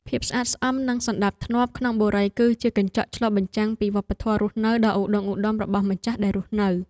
ភាពស្អាតស្អំនិងសណ្តាប់ធ្នាប់ក្នុងបុរីគឺជាកញ្ចក់ឆ្លុះបញ្ចាំងពីវប្បធម៌រស់នៅដ៏ឧត្តុង្គឧត្តមរបស់ម្ចាស់ដែលរស់នៅ។